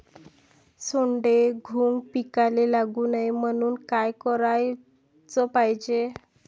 सोंडे, घुंग पिकाले लागू नये म्हनून का कराच पायजे?